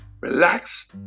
relax